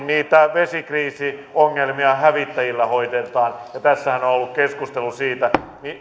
niitä vesikriisiongelmia hävittäjillä hoidetaan ja tässähän on ollut keskustelu siitä